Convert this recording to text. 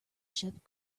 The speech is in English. ship